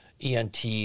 ENT